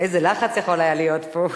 איזה לחץ יכול היה להיות פה.